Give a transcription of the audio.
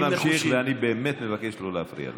אז בואו נמשיך, ואני באמת מבקש לא להפריע לו.